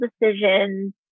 decisions